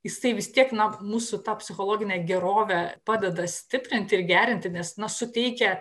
jisai vis tiek na mūsų tą psichologinę gerovę padeda stiprinti ir gerinti nes na suteikia